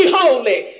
holy